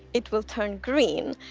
it will turn green.